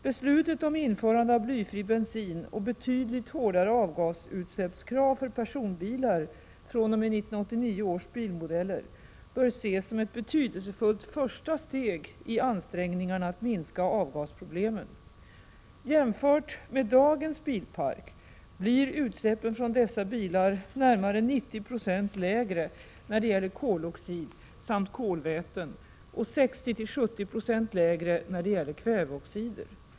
Beslutet om införande av blyfri bensin och betydligt hårdare avgasutsläppskrav för personbilar fr.o.m. 1989 års bilmodeller bör ses som ett betydelsefullt första steg i ansträngningarna att minska avgasproblemen. Jämfört med dagens bilpark blir utsläppen från dessa bilar närmare 90 96 lägre när det gäller koloxid samt kolväten och 60-70 96 lägre när det gäller kväveoxider.